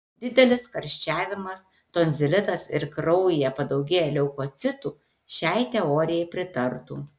didelis karščiavimas tonzilitas ir kraujyje padaugėję leukocitų šiai teorijai pritartų